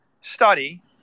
study